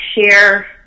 share